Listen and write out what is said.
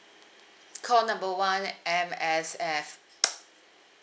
call number one M_S_F